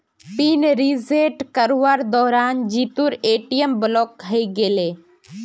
pin reset करवार दौरान जीतूर ए.टी.एम ब्लॉक हइ गेले